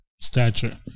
stature